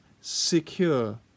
secure